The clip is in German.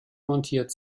montiert